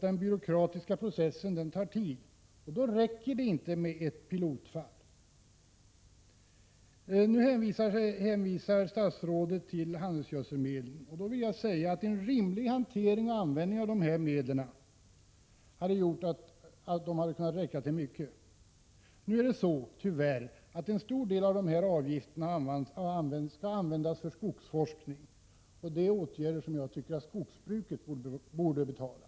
Den byråkratiska processen tar ju tid, och då räcker det inte med ett pilotfall. Statsrådet hänvisar till handelsgödselavgifterna. En rimlig hantering och användning av dessa pengar hade gjort att de hade kunnat räcka till mycket. Tyvärr skall en stor del av pengarna användas för skogsforskning. Det är åtgärder som jag tycker skogsbruket borde betala.